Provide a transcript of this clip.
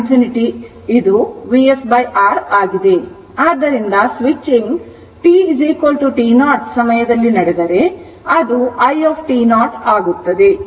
ಏಕೆಂದರೆ t t0 ಆದಾಗ ನೀವು t0 ನಲ್ಲಿರುವ ಆರಂಭಿಕ i ಮೌಲ್ಯವನ್ನು ಪಡೆಯಬೇಕು ಅದು ಅದು it 0 ಆಗಿದೆ